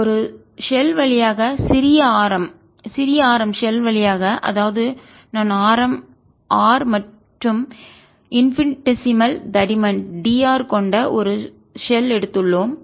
ஒரு ஷெல் வழியாக சிறிய ஆரம் சிறிய ஆரம் ஷெல் வழியாகஅதாவது நாம் ஆரம் R மற்றும் இன்பினட்ஸிமல் மிகவும் சிறிய தடிமன் d r கொண்ட ஒரு ஷெல் எடுத்து உள்ளோம்